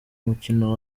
mukino